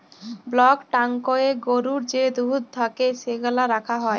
block ট্যাংকয়ে গরুর যে দুহুদ থ্যাকে সেগলা রাখা হ্যয়